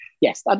yes